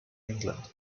england